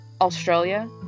Australia